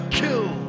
kill